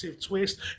twist